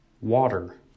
water